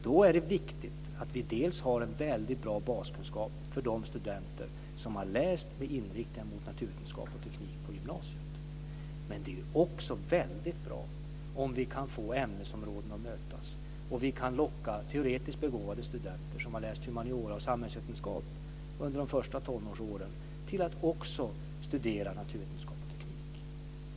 Då är det viktigt att vi har en väldigt bra baskunskap för de studenter som har läst med inriktning mot naturvetenskap och teknik på gymnasiet. Men det är också väldigt bra om vi kan få ämnesområden att mötas och locka teoretiskt begåvade studenter som har läst humaniora och samhällsvetenskap under de första tonårsåren att också studera naturvetenskap och teknik.